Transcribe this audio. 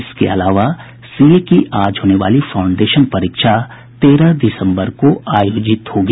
इसके अलावा सीए की आज होने वाली फाउंडेशन परीक्षा तेरह दिसम्बर को आयोजित होगी